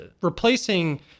replacing